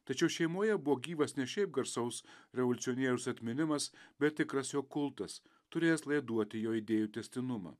tačiau šeimoje buvo gyvas ne šiaip garsaus revoliucionieriaus atminimas bet tikras jo kultas turėjęs laiduoti jo idėjų tęstinumą